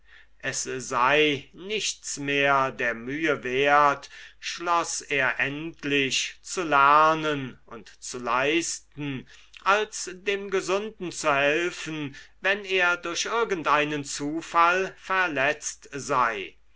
es sei nichts mehr der mühe wert schloß er endlich zu lernen und zu leisten als dem gesunden zu helfen wenn er durch irgendeinen zufall verletzt sei